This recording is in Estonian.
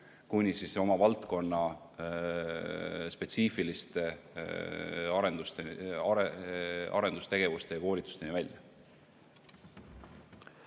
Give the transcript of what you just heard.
kuni oma valdkonna spetsiifiliste arendustegevuste ja koolitusteni välja.